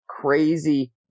crazy